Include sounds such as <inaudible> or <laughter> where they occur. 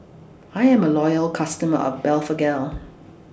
I Am A Loyal customer of Blephagel <noise>